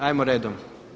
Hajmo redom.